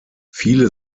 viele